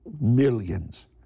millions